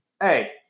Hey